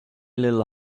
lil